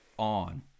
on